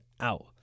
out